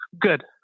Good